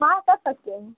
हाँ कर सकते हैं